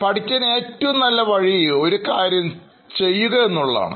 പഠിക്കാൻ ഏറ്റവും നല്ല വഴി ഒരുകാര്യം ചെയ്യുന്നതാണ്